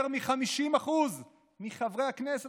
יותר מ-50% מחברי הכנסת,